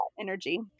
energy